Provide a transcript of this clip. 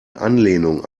anlehnung